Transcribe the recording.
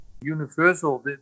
universal